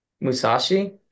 Musashi